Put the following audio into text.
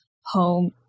home